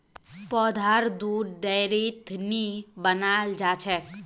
पौधार दुध डेयरीत नी बनाल जाछेक